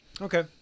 okay